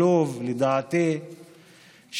עלוב לדעתי,